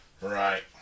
Right